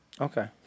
Okay